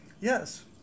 Yes